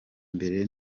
mbere